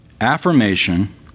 affirmation